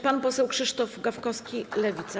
Pan poseł Krzysztof Gawkowski, Lewica.